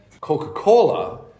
Coca-Cola